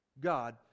God